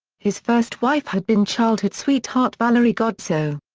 his first wife had been childhood sweetheart valerie godsoe.